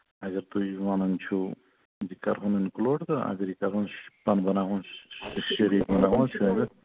اَگر تُہۍ وَنان چھُو یہِ کَرہون اِنکلوٗڈ تہٕ اَگر یہِ کَرہون پَن بَناوہون